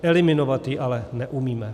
Eliminovat ji ale neumíme.